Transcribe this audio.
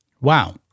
Wow